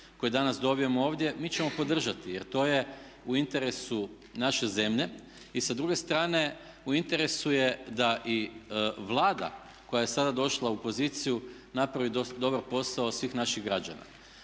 koji danas dobijemo ovdje mi ćemo podržati jer to je u interesu naše zemlje i sa druge strane u interesu je da i Vlada koja je sada došla u poziciju napravi dobar posao od svih naših građana.